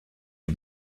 est